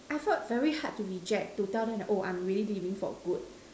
I felt very hard to reject to tell them that oh I'm really leaving for good